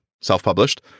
self-published